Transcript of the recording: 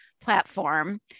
platform